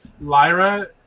Lyra